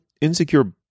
insecure